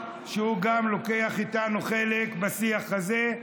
כך שהוא גם לוקח איתנו חלק בשיח הזה,